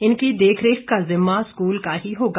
इनकी देख रेख का जिम्मा स्कूल का ही होगा